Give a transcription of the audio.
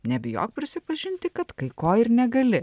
nebijok prisipažinti kad kai ko ir negali